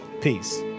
Peace